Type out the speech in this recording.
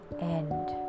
end